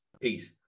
Peace